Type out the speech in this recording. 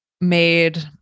made